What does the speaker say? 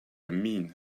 mean